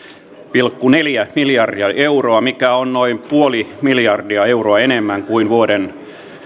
pilkku neljä miljardia euroa mikä on noin nolla pilkku viisi miljardia euroa enemmän kuin vuoden